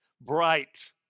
bright